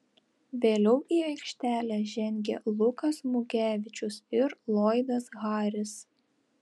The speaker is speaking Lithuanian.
vėliau į aikštelę žengė lukas mugevičius ir loydas harris